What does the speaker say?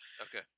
Okay